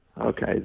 Okay